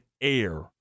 air